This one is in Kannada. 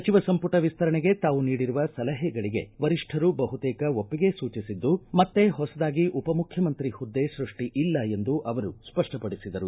ಸಚಿವ ಸಂಮಟ ವಿಸ್ತರಣೆಗೆ ತಾವು ನೀಡಿರುವ ಸಲಹೆಗಳಿಗೆ ವರಿಷ್ಠರು ಬಹುತೇಕ ಒಪ್ಪಿಗೆ ಸೂಚಿಸಿದ್ದು ಮತ್ತೆ ಹೊಸದಾಗಿ ಉಪ ಮುಖ್ಯಮಂತ್ರಿ ಹುದ್ದೆ ಸೃಷ್ಟಿ ಇಲ್ಲ ಎಂದು ಅವರು ಸ್ಪಷ್ಟಪಡಿಸಿದರು